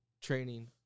training